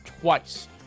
twice